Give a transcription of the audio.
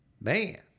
Man